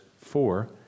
four